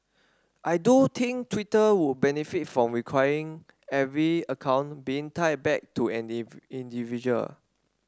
I do think Twitter would benefit from requiring every account being tied back to an individual